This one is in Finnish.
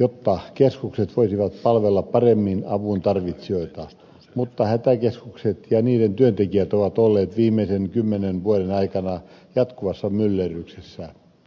jotta keskukset voisivat palvella paremmin avun tarvitsijoita mutta hätäkeskukset ja niiden työntekijät ovat olleet viimeisen kymmenen vuoden aikana jatkuvassa myllerryksessä